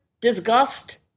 disgust